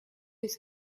есть